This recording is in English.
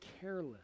careless